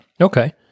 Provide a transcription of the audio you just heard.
Okay